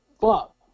fuck